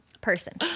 person